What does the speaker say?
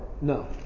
No